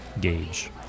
gauge